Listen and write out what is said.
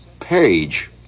page